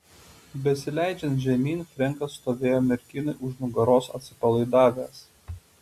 besileidžiant žemyn frenkas stovėjo merginai už nugaros atsipalaidavęs